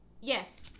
Yes